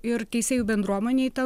ir teisėjų bendruomenei ta